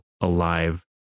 alive